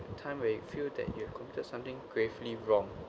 the time where you feel that you have committed something gravely wrong